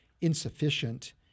insufficient